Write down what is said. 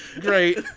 Great